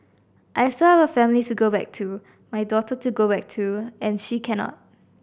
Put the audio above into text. I still have a family to go back to my daughter to go back to and she cannot